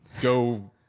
go